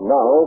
Now